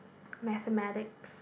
mathematics